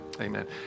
Amen